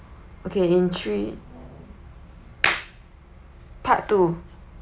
okay in three part two